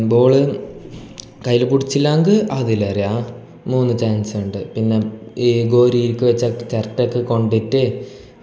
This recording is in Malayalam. ബോൾ കൈയ്യിൽ പിടിച്ചില്ലയെങ്കിൽ ആവുകയില്ല രാ മൂന്നു ചാൻസുണ്ട് പിന്നെ ഈ ഗോലിക്ക വെച്ചു ചിരട്ടയൊക്കെ കൊണ്ടിട്ട്